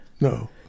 No